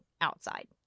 outside